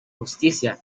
justicia